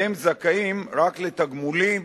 והם זכאים רק לתגמולים